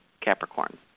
Capricorn